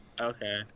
Okay